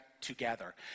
together